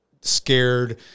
scared